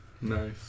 Nice